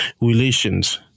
relations